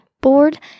Board